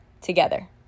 together